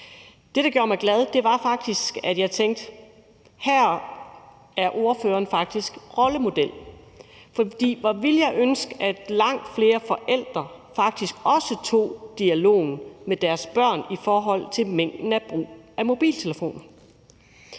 Det, der gjorde mig glad, var faktisk, at jeg tænkte, at her var ordføreren faktisk en rollemodel, for hvor ville jeg ønske, at langt flere forældre faktisk også tog dialogen med deres børn i forhold til mængden af brug af mobiltelefon.